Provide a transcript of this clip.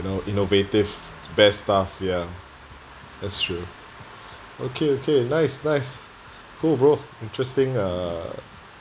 inno~ innovative best stuff yeah that's true okay okay nice nice cool bro interesting uh